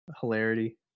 hilarity